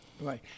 Right